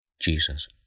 Jesus